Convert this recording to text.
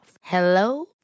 Hello